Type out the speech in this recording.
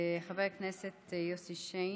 חבר הכנסת יוסי שיין,